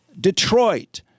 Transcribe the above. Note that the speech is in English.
Detroit